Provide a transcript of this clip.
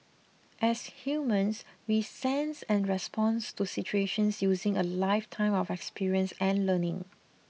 as humans we sense and respond to situations using a lifetime of experience and learning